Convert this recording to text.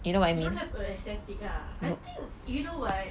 you don't have err aesthetic lah I think you know [what]